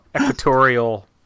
equatorial